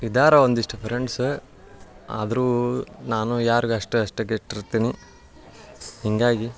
ಇದ್ದಾರೆ ಒಂದಿಷ್ಟು ಫ್ರೆಂಡ್ಸು ಆದರೂ ನಾನು ಯಾರ್ಗೆ ಅಷ್ಟೇ ಅಷ್ಟಕ್ಕೇ ಇಟ್ಟಿರ್ತೀನಿ ಹೀಗಾಗಿ